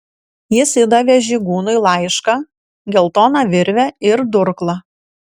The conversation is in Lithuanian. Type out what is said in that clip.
jis įdavė žygūnui laišką geltoną virvę ir durklą